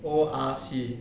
o r c